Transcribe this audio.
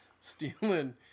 Stealing